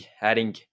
adding